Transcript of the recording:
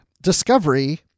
Discovery